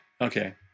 Okay